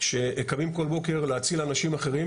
שקמים כל בוקר להציל אנשים אחרים,